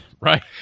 Right